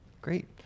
Great